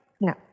No